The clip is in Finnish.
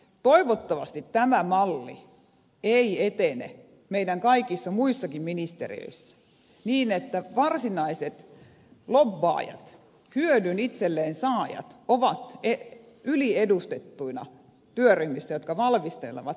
toivottavasti tämä malli ei etene meidän kaikissa muissakin ministeriöissämme niin että varsinaiset lobbaajat hyödyn itselleen saajat ovat yliedustettuina työryhmissä jotka valmistelevat lakiesityksiä